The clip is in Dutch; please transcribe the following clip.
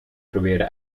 probeerde